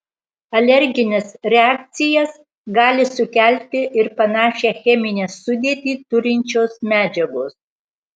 alergines reakcijas gali sukelti ir panašią cheminę sudėtį turinčios medžiagos